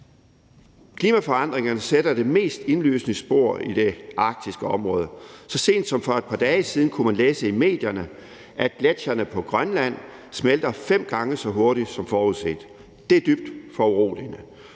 Klimaforandringerne sætter det mest indlysende spor i det arktiske område. Så sent som for et par dage siden kunne man læse i medierne, at gletsjerne på Grønland smelter fem gange så hurtigt som forudset. Det er dybt foruroligende.